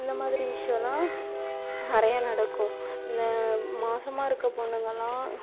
இந்த மாதிரி விஷியம்லாம் நிறையா நடக்கும் இந்த மாதமா இருக்கற பொண்ணுங்கள்லாம்